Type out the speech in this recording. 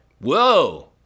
whoa